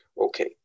Okay